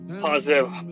positive